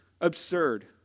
absurd